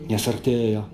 nes artėja